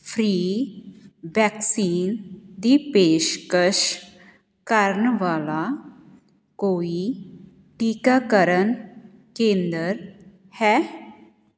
free vaccine ਦੀ ਪੇਸ਼ਕਸ਼ ਕਰਨ ਵਾਲਾ ਕੋਈ ਟੀਕਾਕਰਨ ਕੇਂਦਰ ਹੈ